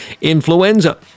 influenza